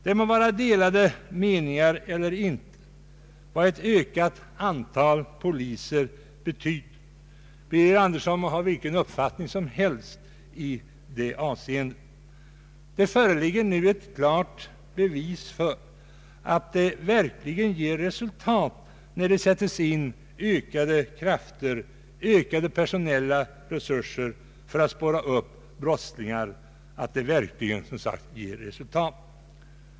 Det må finnas delade meningar om vad ett ökat antal poliser kan betyda för att råda bot på dessa förhållanden — herr Birger Andersson må ha vilken uppfattning som helst i det avseendet — men det föreligger nu ett klart bevis för att resultat verkligen uppnås när ökade personella resurser sätts in för att spåra upp brottslingar.